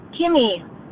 Kimmy